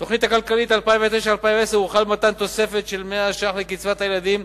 בתוכנית הכלכלית 2009 2010 הוחל במתן תוספת של 100 שקלים לקצבת הילדים,